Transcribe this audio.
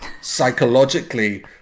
psychologically